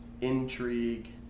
intrigue